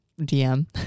DM